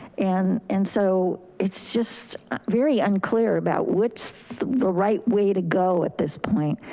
and and so it's just very unclear about what's the right way to go at this point.